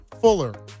Fuller